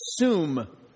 assume